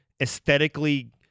aesthetically